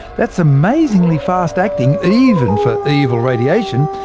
that's amazingly fast-acting even for evil radiation,